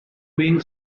being